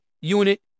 unit